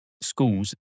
schools